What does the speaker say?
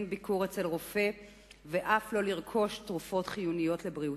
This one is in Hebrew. ביקור אצל רופא ואף לא לרכוש תרופות חיוניות לבריאותה.